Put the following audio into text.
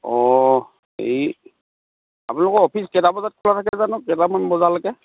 অঁ হেৰি আপোনালোকৰ অফিচ কেইটা বজাত খোলা থাকে জানো কেইটামান বজালৈকে